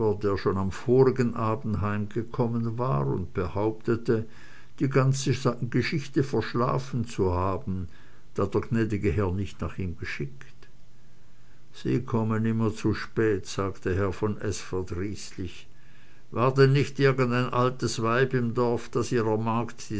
schon am vorigen abend heimgekommen war und behauptete die ganze geschichte verschlafen zu haben da der gnädige herr nicht nach ihm geschickt sie kommen immer zu spät sagte herr von s verdrießlich war denn nicht irgendein altes weib im dorfe das ihrer magd